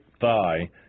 thigh